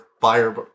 fire